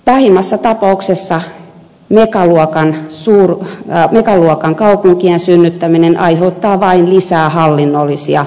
pahimmassa tapauksessa megaluokan kaupunkien synnyttäminen aiheuttaa vain lisää hallinnollisia rakenteita